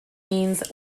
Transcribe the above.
means